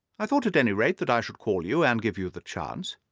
i thought, at any rate, that i should call you and give you the chance.